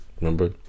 Remember